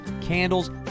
candles